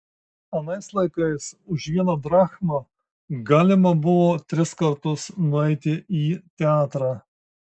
anais laikais už vieną drachmą galima buvo tris kartus nueiti į teatrą